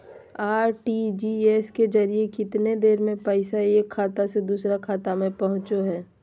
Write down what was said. RTGS के जरिए कितना देर में पैसा एक खाता से दुसर खाता में पहुचो है?